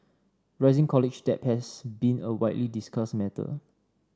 rising college debt has been a widely discussed matter